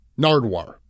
Nardwar